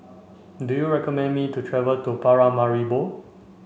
do you recommend me to travel to Paramaribo